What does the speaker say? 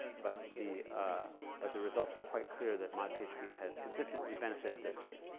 but the ah but the results are quite clear that mod pagespeed has consistently benefited this site.